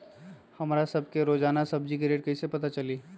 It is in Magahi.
हमरा सब के रोजान सब्जी के रेट कईसे पता चली?